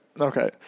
Okay